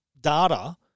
data